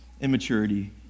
immaturity